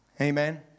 Amen